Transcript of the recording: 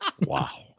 Wow